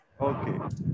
Okay